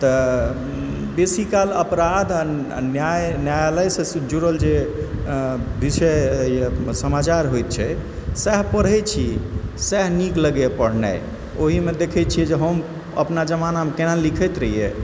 तऽ बेशी काल अपराध आ न्याय न्यायालयसँ जुड़ल जे विषय समाचार होइत छै सएह पढ़ैत छी सएह नीक लगैए पढ़नाइ ओहीमे देखै छियै जे हम अपना जमानामे केना लिखैत रहियै